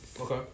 Okay